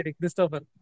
Christopher